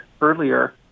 earlier